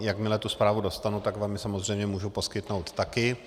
Jakmile tu zprávu dostanu, tak vám ji samozřejmě můžu poskytnout také.